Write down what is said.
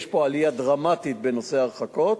ויש פה עלייה דרמטית בנושא ההרחקות.